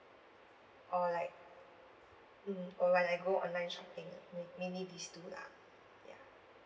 or like mm or when I go online shopping ah may~ maybe these two lah ya